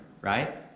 right